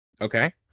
Okay